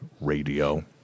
Radio